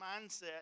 mindset